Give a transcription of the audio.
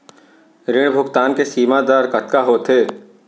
ऋण भुगतान के सीमा दर कतका होथे?